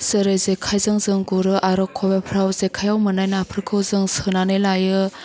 जेरै जेखायजों जों गुरो आरो खबाइफ्राव जेखाइयाव मोनाय नाफोरखौ जों सोनानै लायो